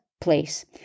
place